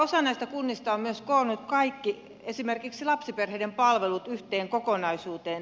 osa kunnista on myös koonnut kaikki esimerkiksi lapsiperheiden palvelut yhteen kokonaisuuteen